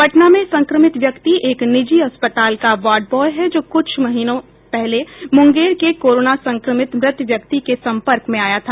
पटना में संक्रमित व्यक्ति एक निजी अस्पताल का वार्ड ब्वॉय है जो कुछ दिनों पहले मुंगेर के कोरोना संक्रमित मृत व्यक्ति के संपर्क में आया था